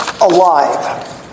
alive